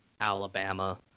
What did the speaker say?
Alabama